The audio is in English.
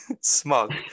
smug